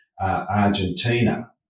Argentina